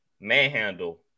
manhandle